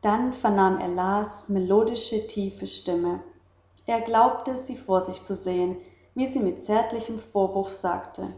dann vernahm er las melodische tiefe stimme er glaubte sie vor sich zu sehen wie sie mit zärtlichem vorwurf sagte